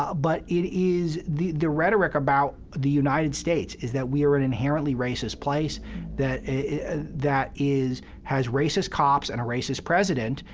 but it is the the rhetoric about the united states is that we are an inherently racist place that that has racist cops and a racist president,